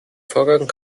vorgang